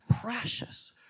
precious